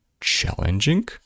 challenging